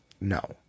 No